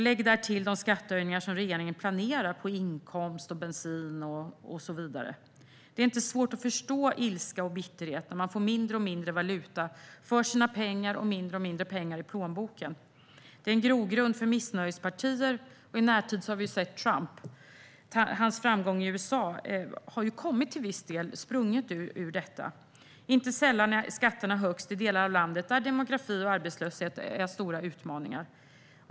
Lägg till de skattehöjningar som regeringen planerar på inkomst, bensin och så vidare - det är inte svårt att förstå ilskan och bitterheten. Man får mindre och mindre valuta för sina pengar och mindre och mindre pengar i plånboken. Det är en grogrund för missnöjespartier. I närtid har vi sett Trump. Hans framgång i USA är till viss del sprungen ur detta. Inte sällan är skatterna högst i de delar av landet där demografi och arbetslöshet är stora utmaningar.